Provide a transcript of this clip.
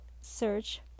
search